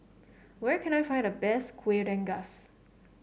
where can I find the best Kuih Rengas